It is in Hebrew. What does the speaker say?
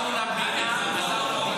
בדרך כלל בסיעה, ואתה רואה את זה, שזה עובד.